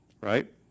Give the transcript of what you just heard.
right